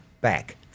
back